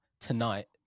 Tonight